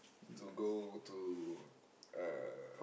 to go to uh